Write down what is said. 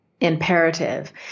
imperative